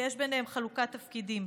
ויש ביניהם חלוקת תפקידים,